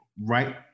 Right